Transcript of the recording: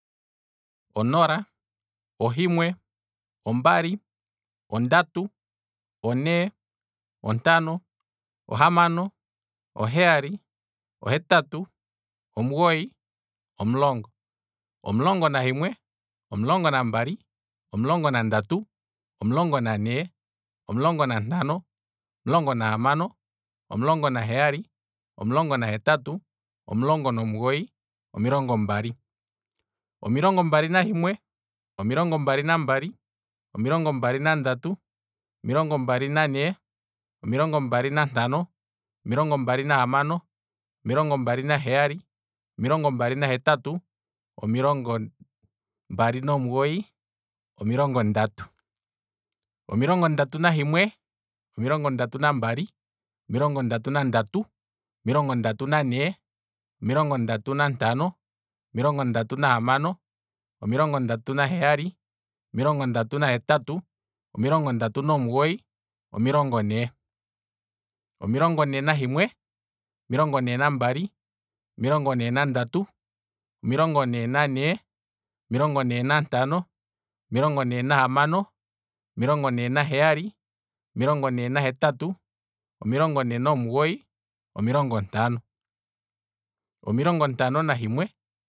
Onola, ohimwe, ombali, ondatu, one, ontano, ohamano, oheyali, ohetatu, omugoyi, omulongo, omulongo nahimwe, omulongo nambali, omulongo nandatu, omulongo niine, omulongo nantano, omulongo nahamano, omulongo naheyali, omulongo nahetatu, omulongo nomugoyi, omilongo mbali, omilongo mbali nahimwe, omilongo mbali nambali, omilongo mbali nandatu, omilongo mbali niine, omilongo mbali nantano, omilongo mbali nahamano, omilongo mbali naheyali, omilongo mbali nahetatu, omilongo mbali nomugoyi, omilongo ndatu, omilongo ndatu nahimwe, omilongo ndatu nambali, omilongo ndatu nandatu, omilongo ndatu niine, omilongo ndatu nantano, omilongo ndatu nahamano, omilongo ndatu naheyali, omilongo ndatu nahetatu, omilongo ndatu nomugoyi, omilongo ne, omilongo ne nahimwe, omilongo ne nambali, omilongo ne nandatu, omilongo ne nane, omilongo ne nantano, omilongo ne nahamano, omilongo ne naheyali, omilongo ne nahetatu, omilongo ne nomugoyi, omilongo ntano, omilongo ntano nahimwe